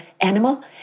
animal